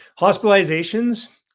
Hospitalizations